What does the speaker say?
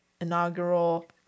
inaugural